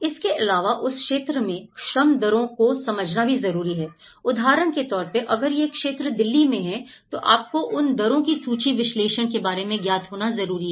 इसके अलावा उस क्षेत्र में श्रम दरों को समझना भी जरूरी है उदाहरण के तौर पर अगर यह क्षेत्र दिल्ली में है तो आपको उन दरों की सूची विश्लेषण के बारे में ज्ञात होना जरूरी है